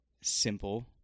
simple